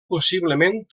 possiblement